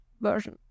version